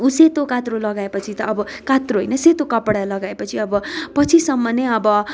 यो सेतो कात्रो लगाएपछि त अब कात्रो होइन सेतो कपडा लगाएपछि अब पछिसम्म नै अब